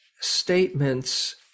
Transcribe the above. statements